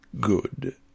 good